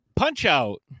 Punch-out